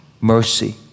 Mercy